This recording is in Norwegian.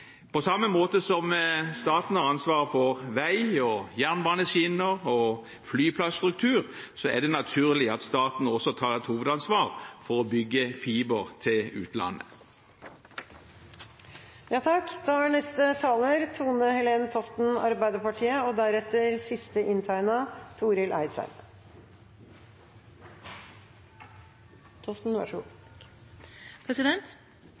På samme måte som staten har ansvaret for vei, jernbaneskinner og flyplasstruktur, er det naturlig at staten også tar et hovedansvar for å bygge fiberforbindelse til utlandet. Grønne datasentre er